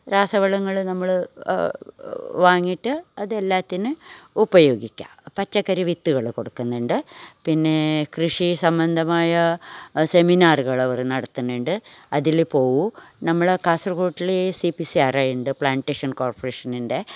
രാസവളങ്ങൾ നമ്മൾ വാങ്ങിയിട്ട് അതെല്ലാത്തിനും ഉപയോഗിക്കാം പച്ചക്കറി വിത്തുകൾ കൊടുക്കുന്നുണ്ട് പിന്നെ കൃഷി സംബന്ധമായ സെമിനാറുകൾ അവർ നടത്തണുണ്ട് അതിൽ പോവും നമ്മളെ കാസർഗോഡിൽ C P C R I ഉണ്ട് പ്ലാനിറ്റേഷൻ കോർപ്പറേഷൻ ഉണ്ട്